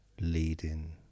leading